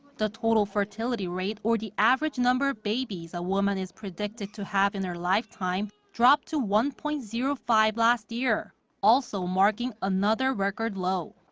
the total fertility rate, or the average number of babies a woman is predicted to have in her lifetime, dropped to one point zero five last year also marking another record low.